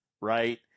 right